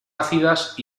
ácidas